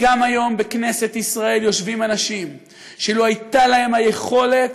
גם היום בכנסת ישראל יושבים אנשים שלו הייתה להם היכולת,